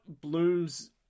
blooms